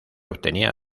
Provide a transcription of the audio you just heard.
obtenía